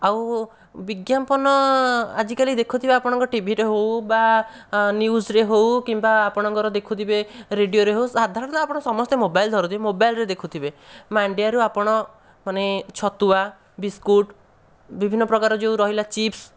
ଆଉ ବିଜ୍ଞାପନ ଆଜିକାଲି ଦେଖୁଥିବେ ଆପଣଙ୍କ ଟିଭିରେ ହେଉ ବା ନ୍ୟୁସରେ ହେଉ କିମ୍ବା ଆପଣଙ୍କର ଦେଖୁଥିବେ ରେଡ଼ିଓରେ ହେଉ ସାଧାରଣତଃ ଆପଣ ସମସ୍ତେ ମୋବାଇଲ ଧରନ୍ତି ମୋବାଇଲରେ ଦେଖୁଥିବେ ମାଣ୍ଡିଆରୁ ଆପଣ ମାନେ ଛତୁଆ ବିସ୍କୁଟ ବିଭିନ୍ନ ପ୍ରକାର ଯେଉଁ ରହିଲା ଚିପ୍ସ